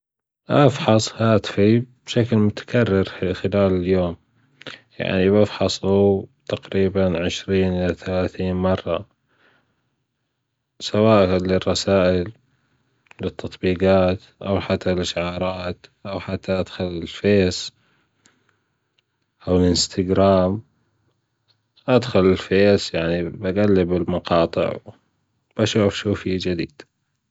أفحص هاتفي بشكل متكرر خلال اليوم يعني بفحصة تقريبًا عشرين إلى ثلاثين مرة سواءًا للرسائل للتطبيجات أو حتى الأشعارات أو حتى أدخل على الفيس أو الإنستجرام أدخل بالفيس يعني بجلب المقاطع بشوف شو في جديد.